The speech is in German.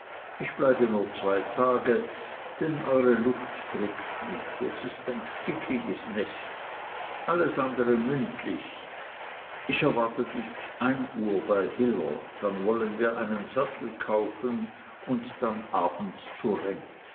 ich bleibe nur zwei tage denn eure luft drückt mich es ist ein stickiges nest alles andre mündlich ich erwarte dich ein uhr bei hiller dann wollen wir einen sattel kaufen und dann abends zu